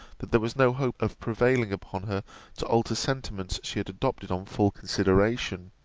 that there was no hope of prevailing upon her to alter sentiments she had adopted on full consideration